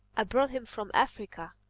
i brought him from africa.